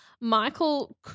Michael